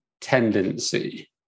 tendency